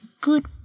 good